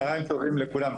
צוהריים טובים לכולם.